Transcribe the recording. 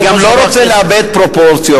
אני גם לא רוצה לאבד פרופורציות.